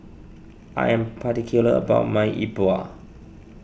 I am particular about my Yi Bua